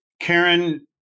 Karen